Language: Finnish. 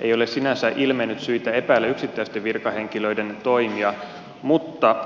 ei ole sinänsä ilmennyt syitä epäillä yksittäisten virkahenkilöiden toimia mutta